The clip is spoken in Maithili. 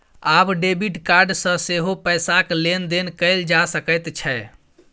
आब डेबिड कार्ड सँ सेहो पैसाक लेन देन कैल जा सकैत छै